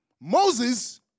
Moses